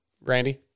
Randy